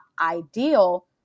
ideal